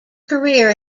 career